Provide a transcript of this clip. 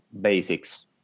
Basics